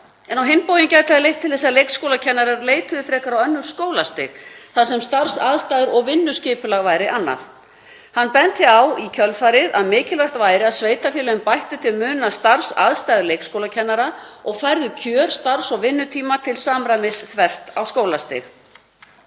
en á hinn bóginn gæti það leitt til þess að leikskólakennarar leituðu frekar á önnur skólastig þar sem starfsaðstæður og vinnuskipulag væri annað. Hann benti í kjölfarið á að mikilvægt væri að sveitarfélögin bættu til muna starfsaðstæður leikskólakennara og færðu kjör, starfs- og vinnutíma til samræmis þvert á skólastig.